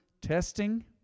testing